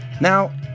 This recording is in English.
Now